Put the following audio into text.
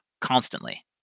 constantly